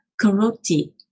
karoti